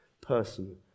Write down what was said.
person